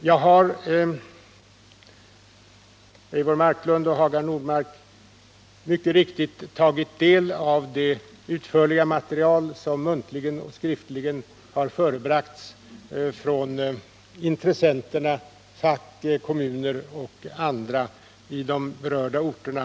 Jag har mycket riktigt tagit del av det utförliga material som muntligen och skriftligen har förebragts från intressenterna, fack, kommuner och andra, i de berörda orterna.